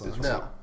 No